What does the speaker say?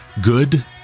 good